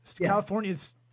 California's